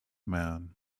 man